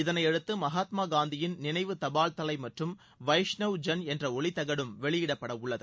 இதனையடுத்து மகாத்மா காந்தியின் நினைவு தபால்தலை மற்றும் வைஷ்ணவ் ஜன் என்ற ஒலித்தகடும் வெளியிடப்படவுள்ளது